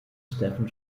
stephen